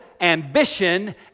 ambition